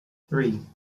three